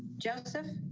joseph